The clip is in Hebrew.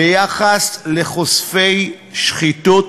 ביחס לחושפי שחיתות